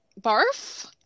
barf